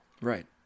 Right